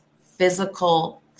physical